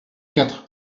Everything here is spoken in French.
quatre